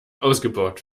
ausgebaut